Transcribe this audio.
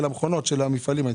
של המכונות של המפעלים.